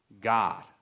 God